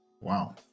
Wow